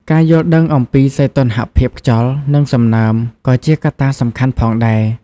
ការយល់ដឹងអំពីសីតុណ្ហភាពខ្យល់ និងសំណើម ក៏ជាកត្តាសំខាន់ផងដែរ។